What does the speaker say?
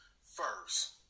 First